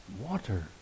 water